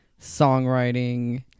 songwriting